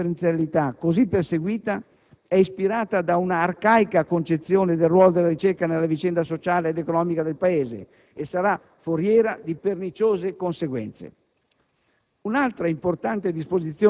L'autoreferenzialità così perseguita è ispirata da un'arcaica concezione del ruolo della ricerca nella vicenda sociale ed economica del Paese e sarà foriera di perniciose conseguenze.